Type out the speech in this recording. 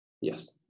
Yes